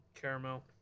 Caramel